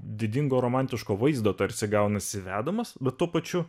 didingo romantiško vaizdo tarsi gaunasi vedamas bet tuo pačiu